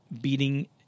beating